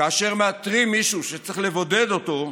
כאשר מאתרים מישהו שצריך לבודד אותו,